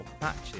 matches